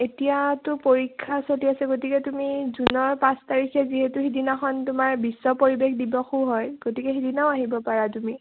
এতিয়াতো পৰীক্ষা চলি আছে গতিকে তুমি জুনৰ পাঁচ তাৰিখে যিহেতু সেইদিনাখন তোমাৰ বিশ্ব পৰিৱেশ দিৱসো হয় গতিকে সেইদিনাও আহিব পাৰা তুমি